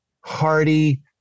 hearty